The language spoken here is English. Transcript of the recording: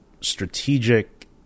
strategic